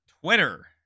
Twitter